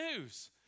news